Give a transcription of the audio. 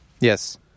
Yes